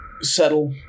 Settle